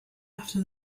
after